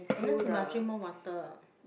Agnes you must drink more water